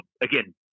again